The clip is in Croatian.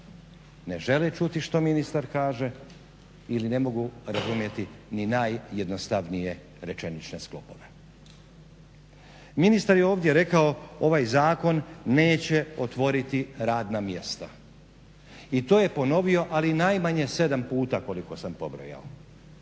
ne žele čuti što ministar kaže ili ne mogu razumjeti ni najjednostavnije rečenične sklopove. Ministar je ovdje rekao ovaj zakon neće otvoriti radna mjesta i to je ponovio ali najmanje 7 puta koliko sam pobrojao,